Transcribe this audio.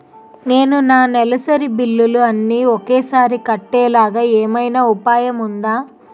నేను నా నెలసరి బిల్లులు అన్ని ఒకేసారి కట్టేలాగా ఏమైనా ఉపాయం ఉందా?